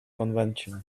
convention